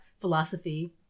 Philosophy